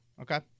okay